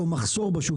או מחסור בשוק?